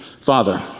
Father